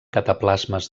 cataplasmes